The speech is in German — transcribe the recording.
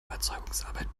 überzeugungsarbeit